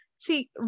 See